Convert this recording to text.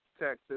Texas